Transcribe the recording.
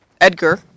Edgar